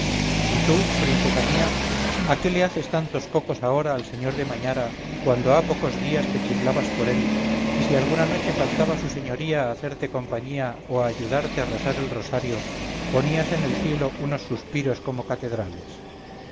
y tú princesa mía a qué le haces tantos cocos ahora al sr de mañara cuando ha pocos días te chiflabas por él y si alguna noche faltaba su señoría a hacerte compañía o a ayudarte a rezar el rosario ponías en el cielo unos suspiros como catedrales